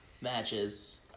matches